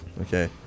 Okay